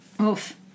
Oof